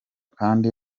kandi